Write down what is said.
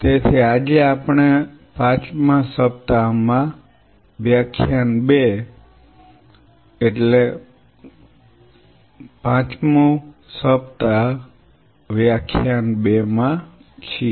તેથી આજે આપણે 5 માં સપ્તાહ માં વ્યાખ્યાન 2 W 5 L 2 માં છીએ